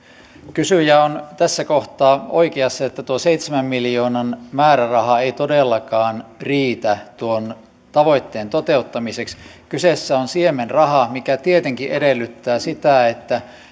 kysyjä on tässä kohtaa oikeassa että tuo seitsemän miljoonan määräraha ei todellakaan riitä tuon tavoitteen toteuttamiseksi kyseessä on siemenraha mikä tietenkin edellyttää sitä että